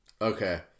Okay